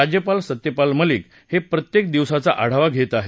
राज्यपाल सत्यपाल मलिक हे प्रत्येक दिवसाचा आढावा घेत आहेत